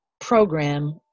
program